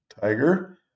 Tiger